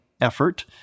effort